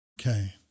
Okay